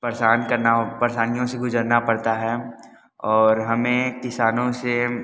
परेशान करना परेशानियों से गुजरना पड़ता है और हमें किसानों से